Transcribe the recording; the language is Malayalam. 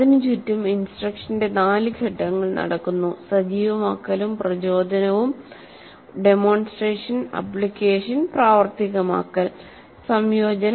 അതിനുചുറ്റും ഇൻസ്ട്രക്ഷന്റെ 4 ഘട്ടങ്ങൾ നടക്കുന്നു സജീവമാക്കലും പ്രചോദനവും ഡെമോൺസ്ട്രേഷൻ ആപ്ലിക്കേഷൻ പ്രവർത്തികമാക്കൽ സംയോജനം